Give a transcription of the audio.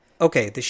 Okay